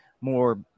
more